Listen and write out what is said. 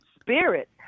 spirit